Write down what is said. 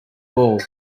ball